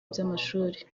by’amashuri